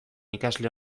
ikasle